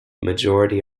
majority